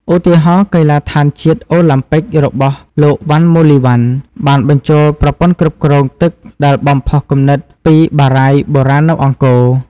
ឧទាហរណ៍កីឡដ្ឋានជាតិអូឡាំពិករបស់លោក វណ្ណ ម៉ូលីវណ្ណ បានបញ្ចូលប្រព័ន្ធគ្រប់គ្រងទឹកដែលបំផុសគំនិតពីបារាយណ៍បុរាណនៅអង្គរ។